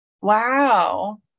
wow